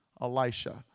Elisha